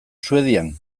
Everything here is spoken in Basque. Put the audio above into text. suedian